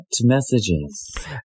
messages